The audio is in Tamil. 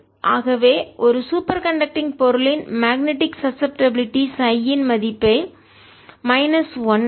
ஆகவே ஒரு சூப்பர் கண்டக்டிங் பொருளின் மேக்னெட்டிக் சசப்டப்பிளிட்டி சை இன் மதிப்பு மைனஸ் 1 ஆகும்